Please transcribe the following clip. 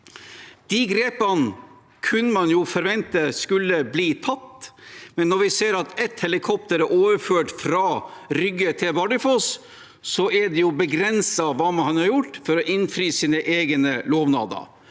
De grepene kunne man jo forventet at skulle bli tatt, men når vi ser at ett helikopter er overført fra Rygge til Bardufoss, er det begrenset hva man har gjort for å innfri sine egne lovnader.